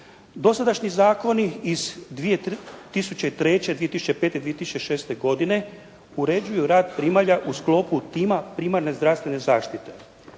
Do sadašnji zakoni iz 2003., 2005., 2006, godine uređuju rad primalja u sklopu tima primarne zdravstvene zaštite.